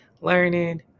learning